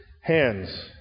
hands